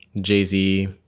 Jay-Z